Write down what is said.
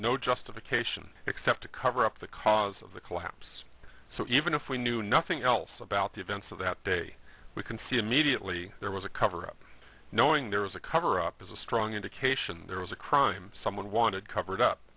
no justification except to cover up the cause of the collapse so even if we knew nothing else about the events of that day we can see immediately there was a cover up knowing there was a cover up is a strong indication there was a crime someone wanted covered up